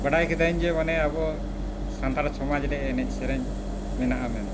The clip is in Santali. ᱵᱟᱰᱟᱭ ᱠᱮᱫᱟᱹᱧ ᱡᱮ ᱢᱟᱱᱮ ᱟᱵᱚ ᱥᱟᱱᱛᱟᱲ ᱥᱚᱢᱟᱡᱽ ᱨᱮ ᱮᱱᱮᱡ ᱥᱮᱨᱮᱧ ᱢᱮᱱᱟᱜᱼᱟ ᱢᱮᱱᱛᱮ